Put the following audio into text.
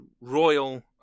royal